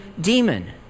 demon